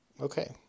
Okay